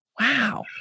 Wow